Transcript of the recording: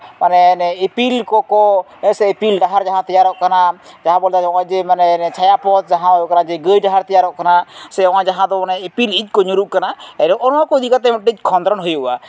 ᱤᱯᱤᱞ ᱠᱚᱠᱚ ᱥᱮ ᱤᱯᱤᱞ ᱰᱟᱦᱟᱨ ᱡᱟᱦᱟᱸ ᱛᱮᱭᱟᱨᱚᱜ ᱠᱟᱱᱟ ᱡᱟᱦᱟᱸ ᱵᱚᱱ ᱢᱮᱛᱟᱜ ᱠᱟᱱᱟ ᱦᱚᱸᱜᱚᱭ ᱡᱮ ᱪᱷᱟᱭᱟ ᱯᱚᱛᱷ ᱡᱟᱦᱟᱸ ᱫᱚ ᱦᱩᱭᱩᱜ ᱠᱟᱱᱟ ᱡᱮ ᱜᱟᱹᱭ ᱰᱟᱦᱟᱨ ᱛᱮᱭᱟᱨᱚᱜ ᱠᱟᱱᱟ ᱥᱮ ᱚᱱᱟ ᱫᱚ ᱡᱟᱦᱟᱸ ᱫᱚ ᱤᱯᱤᱞ ᱤᱡ ᱠᱚ ᱧᱩᱨᱩᱜ ᱠᱟᱱᱟ ᱱᱚᱜᱼᱚ ᱱᱚᱣᱟ ᱠᱚ ᱤᱫᱤ ᱠᱟᱛᱮ ᱢᱤᱫᱴᱤᱱ ᱠᱷᱚᱸᱫᱽᱨᱚᱱ ᱦᱩᱭᱩᱜᱼᱟ